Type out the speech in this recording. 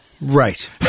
right